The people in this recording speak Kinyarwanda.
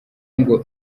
ngo